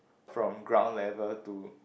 from ground level to